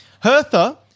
hertha